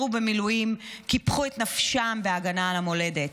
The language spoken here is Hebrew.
ובמילואים קיפחו את נפשם בהגנה על המולדת.